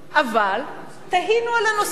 אבל תהינו על הנושא,